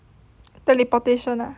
teleportation ah